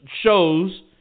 shows